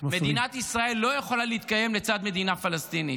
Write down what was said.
-- מדינת ישראל לא יכולה להתקיים לצד מדינה פלסטינית.